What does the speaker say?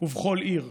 ובכל עיר.